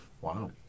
Wow